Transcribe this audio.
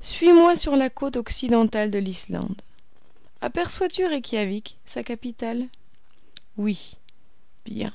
suis-moi sur la côte occidentale de l'islande aperçois tu reykjawik sa capitale oui bien